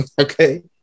Okay